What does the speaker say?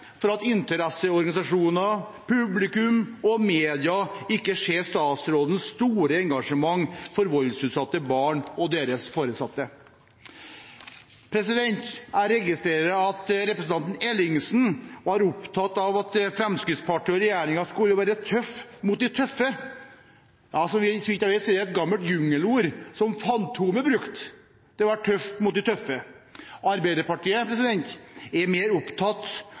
for at interesseorganisasjoner, publikum og media ikke ser statsrådens store engasjement for voldsutsatte barn og deres foresatte. Jeg registrerer at representanten Ellingsen var opptatt av at Fremskrittspartiet og regjeringen skulle være tøff mot de tøffe. Så vidt jeg vet er det et gammelt jungelord som Fantomet brukte, å være tøff mot de tøffe. Arbeiderpartiet er mer opptatt